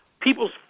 people's